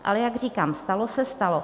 Ale jak říkám, stalo se, stalo.